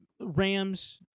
rams